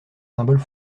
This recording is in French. symboles